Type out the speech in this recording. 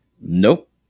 Nope